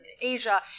Asia